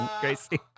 Gracie